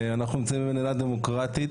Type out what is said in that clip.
אנחנו נמצאים במדינה דמוקרטית